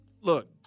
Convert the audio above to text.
look